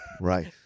Right